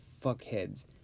fuckheads